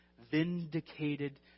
vindicated